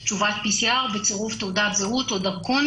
תשובת PCR בצירוף תעודת זהות או דרכון